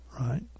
Right